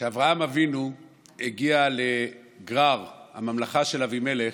כשאברהם אבינו הגיע לגרר, הממלכה של אבימלך,